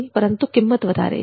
પરંતુ તેની કિંમત વધારે છે